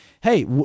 hey